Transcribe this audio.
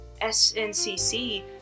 SNCC